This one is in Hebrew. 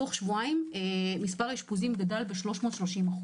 תוך שבועיים מספר האשפוזים גדל ב-330%,